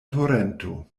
torento